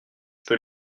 peux